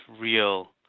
real